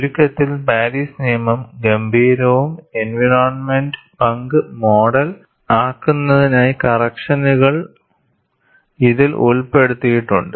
ചുരുക്കത്തിൽ പാരിസ് നിയമം ഗംഭീരവും എൻവയറോണ്മെന്റിന്റ് പങ്ക് മോഡൽ ആക്കുന്നതിനായി കറക്ഷനുകൾ ഇതിൽ ഉൾപ്പെടുത്തിയിട്ടുണ്ട്